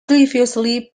previously